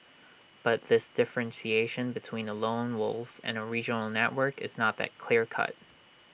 but this differentiation between A lone wolf and A regional network is not that clear cut